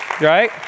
right